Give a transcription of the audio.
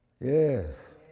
Yes